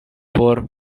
por